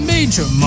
Major